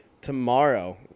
Tomorrow